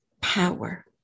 power